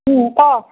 ক